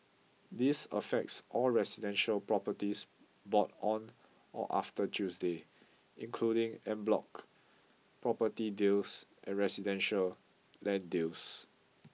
this affects all residential properties bought on or after Tuesday including en bloc property deals and residential land deals